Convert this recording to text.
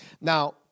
now